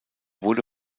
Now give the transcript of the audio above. wurde